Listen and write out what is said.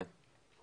כן.